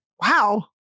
wow